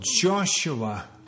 Joshua